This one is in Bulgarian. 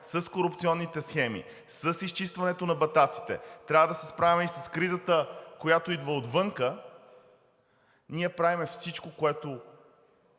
с корупционните схеми, с изчистването на батаците, трябва да се справяме и с кризата, която идва отвън, ние правим всичко, което